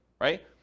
right